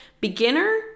beginner